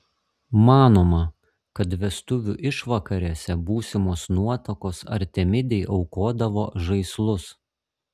manoma kad vestuvių išvakarėse būsimos nuotakos artemidei aukodavo žaislus